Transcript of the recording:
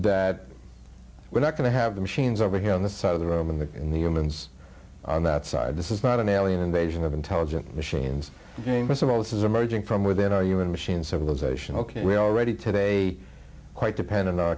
that we're not going to have the machines over here on the side of the room in the in the humans on that side this is not an alien invasion of intelligent machines but some of this is emerging from within our human machine civilization ok we're already today quite dependent on